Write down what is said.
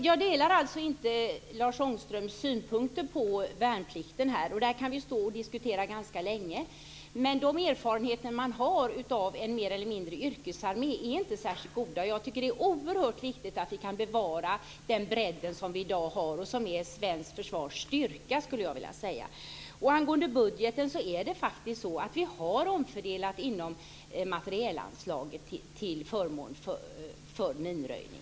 Herr talman! Jag delar inte Lars Ångströms synpunkter på värnplikten. Det här kan vi stå och diskutera ganska länge. Men de erfarenheter som man har av en mer eller mindre yrkesarmé är inte särskilt goda. Jag tycker att det är oerhört viktigt att vi kan bevara den bredd som vi har i dag och som jag skulle vilja säga är svenskt försvars styrka. Angående budgeten har vi faktiskt omfördelat inom materielanslaget till förmån för minröjning.